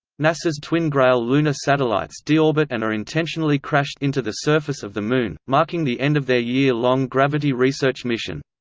nasa's twin grail lunar satellites deorbit and are intentionally crashed into the surface of the moon, marking the end of their year-long gravity research mission.